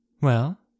Well